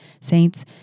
saints